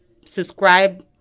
subscribe